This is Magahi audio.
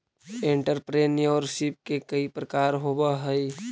एंटरप्रेन्योरशिप के कई प्रकार होवऽ हई